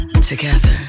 together